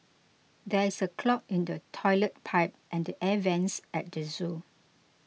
there is a clog in the Toilet Pipe and the Air Vents at the zoo